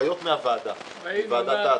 חוויות מוועדת הטייקונים.